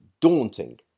daunting